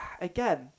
again